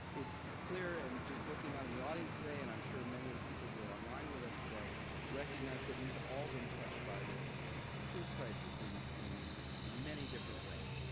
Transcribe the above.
it's clear, and just looking out in the audience today, and i'm sure many of the people who are online with us today recognize that we've all been touched by this true crisis in in many different ways.